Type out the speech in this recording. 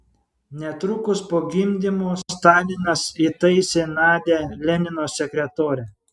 netrukus po gimdymo stalinas įtaisė nadią lenino sekretore